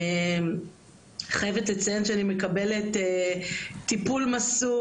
אני חייבת לציין שאני מקבלת טיפול מסור,